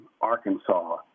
Arkansas